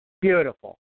Beautiful